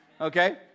Okay